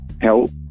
Help